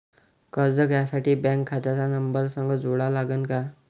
कर्ज घ्यासाठी बँक खात्याचा नंबर संग जोडा लागन का?